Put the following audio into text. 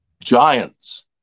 giants